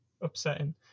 upsetting